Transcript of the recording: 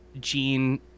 Gene